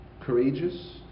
courageous